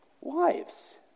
Wives